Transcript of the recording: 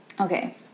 Okay